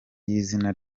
y’izina